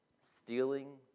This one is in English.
stealing